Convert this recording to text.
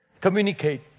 Communicate